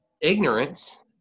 ignorance